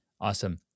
Awesome